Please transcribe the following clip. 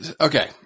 Okay